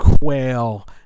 quail